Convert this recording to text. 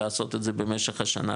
לעשות את זה במשך השנה,